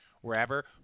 wherever